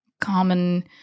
common